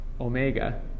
omega